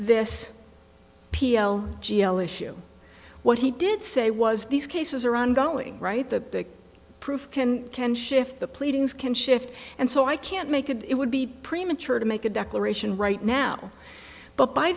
this p l g l issue what he did say was these cases are ongoing right the proof can can shift the pleadings can shift and so i can't make and it would be premature to make a declaration right now but by